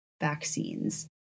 vaccines